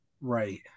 right